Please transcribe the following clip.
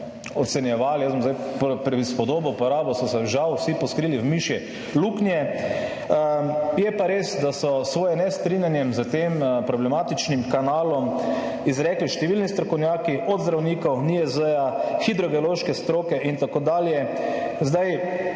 ocenjevali, jaz bom zdaj prispodobo uporabil, so se žal vsi poskrili v mišje luknje. Je pa res, da so s svoje nestrinjanje s tem problematičnim kanalom izrekli številni strokovnjaki, od zdravnikov, NIJZ-ja, hidrogeološke stroke in tako dalje. Zdaj,